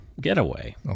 getaway